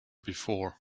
before